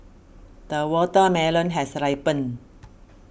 the watermelon has ripened